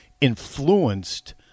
influenced